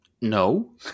No